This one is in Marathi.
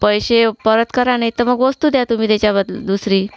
पैसे परत करा नाही तर मग वस्तू द्या तुम्ही त्याच्या बद दुसरी